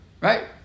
right